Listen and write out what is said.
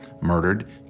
murdered